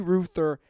Ruther